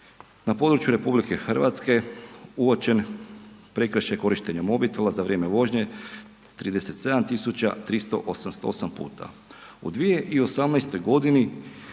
na području RH uočen prekršaj korištenja mobitela za vrijeme vožnje, 37 388 puta. U 2018. g.